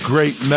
Great